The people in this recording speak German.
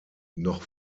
noch